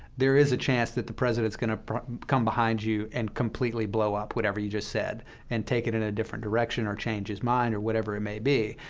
there is a chance that the president is going to come behind you and completely blow up whatever you just said and take it in a different direction or change his mind or whatever it may be.